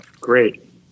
Great